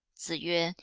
zi yue,